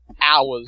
hours